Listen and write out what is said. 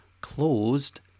closed